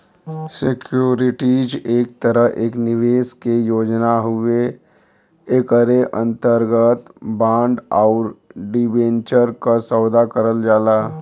securities एक तरह एक निवेश के योजना हउवे एकरे अंतर्गत बांड आउर डिबेंचर क सौदा करल जाला